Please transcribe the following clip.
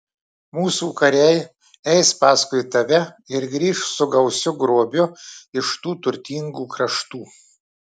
mūsų kariai eis paskui tave ir grįš su gausiu grobiu iš tų turtingų kraštų